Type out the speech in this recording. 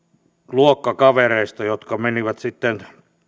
luokkakavereista jotka menivät sitten